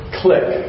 click